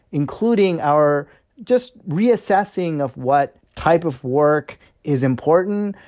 including our just reassessing of what type of work is important,